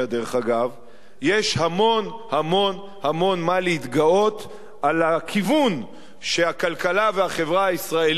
יש המון המון המון מה להתגאות על הכיוון שהכלכלה והחברה הישראלית